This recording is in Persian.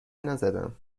نزدم